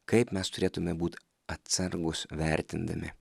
kaip mes turėtumėme būt atsargūs vertindami